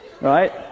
Right